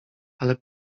ale